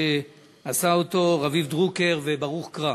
של רביב דרוקר וברוך קרא,